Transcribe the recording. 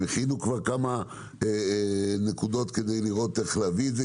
הם הכינו כמה נקודות כדי לראות איך להביא את זה.